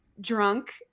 drunk